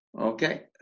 Okay